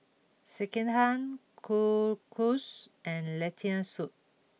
Sekihan Kalguksu and Lentil Soup